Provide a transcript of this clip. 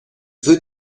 veut